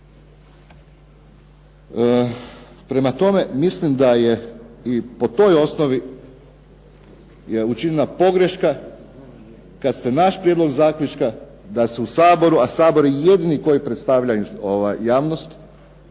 Prema tome, mislim da je i po toj osnovi je učinjena pogreška kad ste naš prijedlog zaključka da se u Saboru, a Sabor je jedini koji predstavlja javnost,